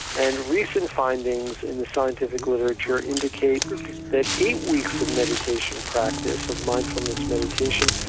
and recent findings in the scientific literature indicate that eight weeks of meditation practice, of mindfulness meditation,